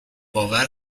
باور